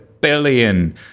billion